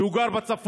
כי הוא גר בצפון,